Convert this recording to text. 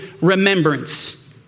remembrance